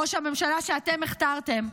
ראש הממשלה שאתם הכתרתם,